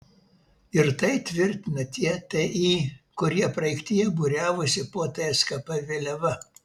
ir tai tvirtina tie ti kurie praeityje būriavosi po tskp vėliava